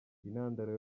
intandaro